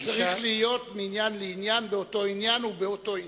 הוא צריך להיות מעניין לעניין באותו עניין ובאותו עניין.